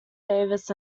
davis